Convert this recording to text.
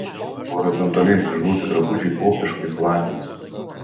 horizontaliai dryžuoti drabužiai optiškai platina